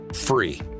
free